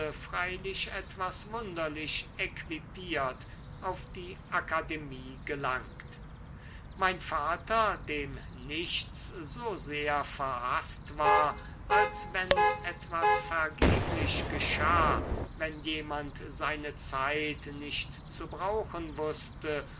freilich etwas wunderlich equipiert auf die akademie gelangt mein vater dem nichts so sehr verhaßt war als wenn etwas vergeblich geschah wenn jemand seine zeit nicht zu brauchen wußte